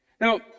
Now